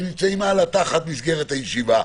הם נמצאים במסגרת הישיבה,